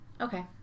okay